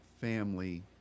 family